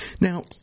Now